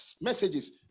messages